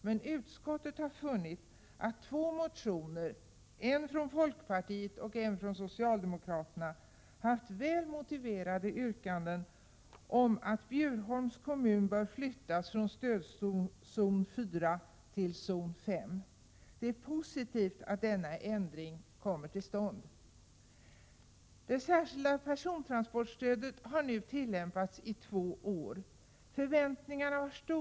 Men utskottet har funnit att två motioner — en från folkpartiet och en från socialdemokraterna — har väl motiverade yrkanden om att Bjurholms kommun bör flyttas från stödzon 4 till stödzon 5. Det är positivt att denna ändring kommer till stånd. Det särskilda persontransportstödet har nu tillämpats i två år. Förvänt ningarna var stora.